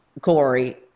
Corey